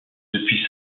depuis